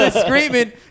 screaming